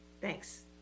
Thanks